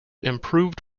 improved